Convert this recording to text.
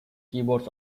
keyboards